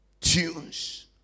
tunes